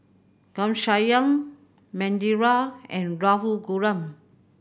Ghanshyam Manindra and Raghuram